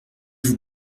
vous